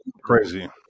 crazy